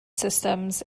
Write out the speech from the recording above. systems